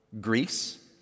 Greece